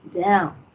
down